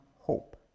hope